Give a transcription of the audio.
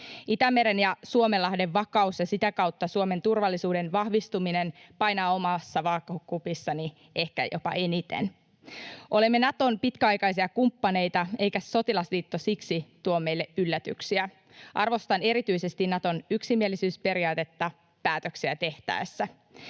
Itämeren ja Suomenlahden vakaus ja sitä kautta Suomen turvallisuuden vahvistuminen painavat omassa vaakakupissani ehkä jopa eniten. Olemme Naton pitkäaikaisia kumppaneita, eikä sotilasliitto siksi tuo meille yllätyksiä. Arvostan erityisesti Naton yksimielisyysperiaatetta päätöksiä tehtäessä.